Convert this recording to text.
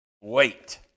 wait